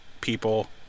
people